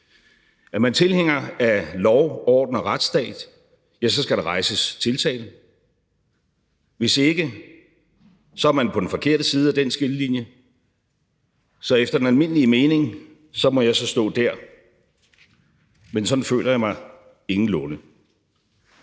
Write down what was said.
Er man tilhænger af lov, orden og retsstat, skal der rejses tiltale; hvis ikke, er man på den forkerte side af den skillelinje. Så efter den almindelige mening må jeg så stå der, men sådan føler jeg mig ingenlunde.